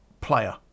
player